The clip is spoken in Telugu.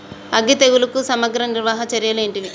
అగ్గి తెగులుకు సమగ్ర నివారణ చర్యలు ఏంటివి?